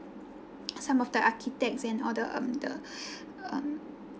some of the architects and all the um the um